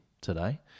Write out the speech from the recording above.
today